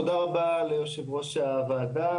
תודה רבה ליושב ראש הוועדה.